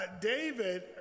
David